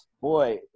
boy